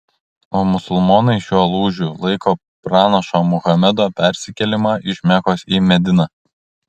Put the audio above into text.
o musulmonai šiuo lūžiu laiko pranašo muhamedo persikėlimą iš mekos į mediną